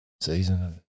season